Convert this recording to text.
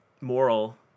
moral